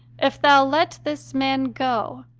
if thou let this man go,